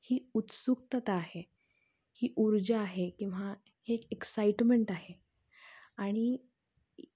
ही उत्सुकता आहे ही ऊर्जा आहे किंवा हे एक एक्साइटमेंट आहे आणि